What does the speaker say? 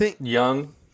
young